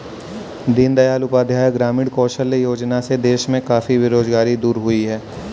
दीन दयाल उपाध्याय ग्रामीण कौशल्य योजना से देश में काफी बेरोजगारी दूर हुई है